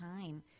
time